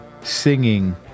singing